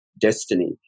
destiny